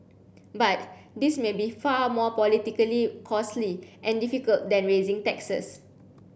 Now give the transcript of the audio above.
but this may be far more politically costly and difficult than raising taxes